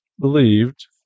believed